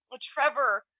Trevor